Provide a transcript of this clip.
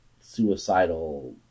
suicidal